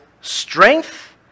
strength